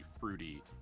fruity